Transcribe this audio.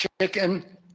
chicken